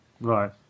Right